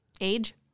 Age